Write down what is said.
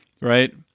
Right